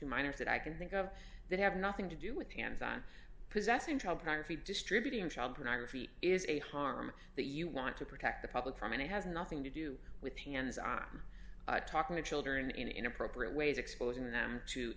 to minors that i can think of that have nothing to do with hands on possessing child pornography distributing child pornography is a harm that you want to protect the public from and it has nothing to do with hands on talking to children in inappropriate ways exposing them to